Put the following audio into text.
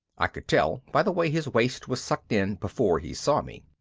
i could tell by the way his waist was sucked in before he saw me.